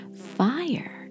Fire